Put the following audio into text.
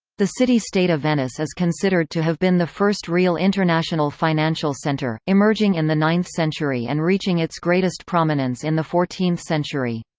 the city-state of venice is considered to have been the first real international financial center, emerging in the ninth century and reaching its greatest prominence in the fourteenth century.